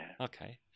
Okay